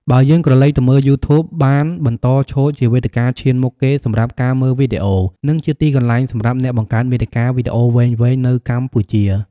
បើយើងក្រឡេកទៅមើល យូធូប បានបន្តឈរជាវេទិកាឈានមុខគេសម្រាប់ការមើលវីដេអូ និងជាទីកន្លែងសម្រាប់អ្នកបង្កើតមាតិកាវីដេអូវែងៗនៅកម្ពុជា។